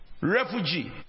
refugee